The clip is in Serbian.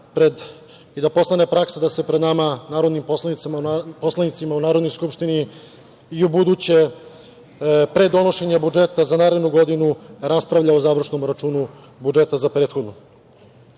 i da postane praksa da se pred nama narodnim poslanicima u Narodnoj skupštini i ubuduće pre donošenja budžeta za narednu godinu raspravlja o završnom računu budžeta za prethodnu. Izmenama